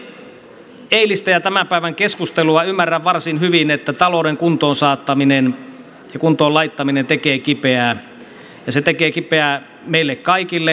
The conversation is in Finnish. kuunnellessani eilistä ja tämän päivän keskustelua ymmärrän varsin hyvin että talouden kuntoon saattaminen ja kuntoon laittaminen tekee kipeää ja se tekee kipeää meille kaikille